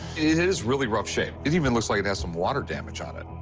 is really rough shape. it even looks like it has some water damage on it.